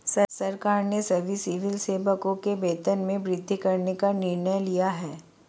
सरकार ने सभी सिविल सेवकों के वेतन में वृद्धि करने का निर्णय लिया है